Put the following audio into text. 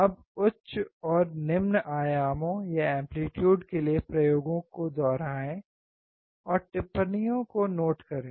अब उच्च और निम्न आयामों के लिए प्रयोगों को दोहराएं और टिप्पणियों नोट करें